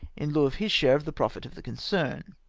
in lieu of his share of the profit of the concern.